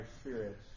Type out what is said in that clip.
Spirit